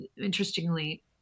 interestingly